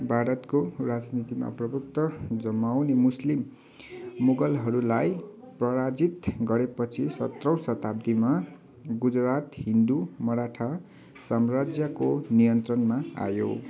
भारतको राजनीतिमा प्रभुत्व जमाउने मुस्लिम मुगलहरूलाई पराजित गरेपछि सत्रौँ शताब्दीमा गुजरात हिन्दू मराठा साम्राज्यको नियन्त्रणमा आयो